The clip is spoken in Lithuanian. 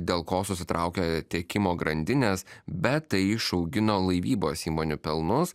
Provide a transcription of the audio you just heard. dėl ko susitraukė tiekimo grandinės bet tai išaugino laivybos įmonių pelnus